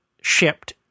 shipped